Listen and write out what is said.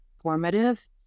formative